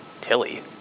Tilly